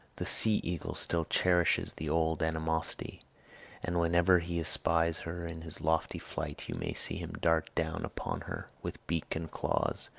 the sea-eagle still cherishes the old animosity and whenever he espies her in his lofty flight you may see him dart down upon her, with beak and claws,